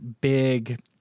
big